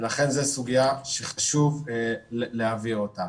לכן זו סוגיה שחשוב להעביר אותה.